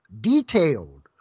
detailed